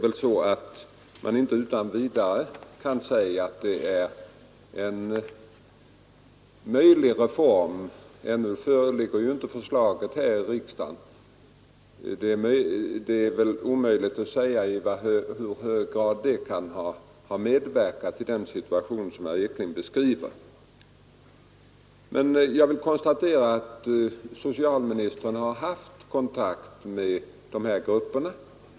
Ännu föreligger ju inte förslaget här i riksdagen, och det är omöjligt att säga i hur hög grad den tilltänkta reformen kan ha medverkat till den situation som herr Ekinge beskriver. Men jag vill konstatera att socialministern har haft kontakt med de berörda grupperna.